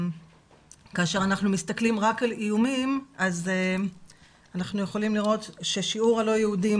כאשר אנחנו מסתכלים רק על איומים אז אנחנו יכולים לראות ששיעור הלא יהודים